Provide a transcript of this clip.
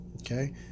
Okay